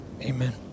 amen